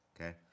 Okay